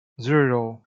zero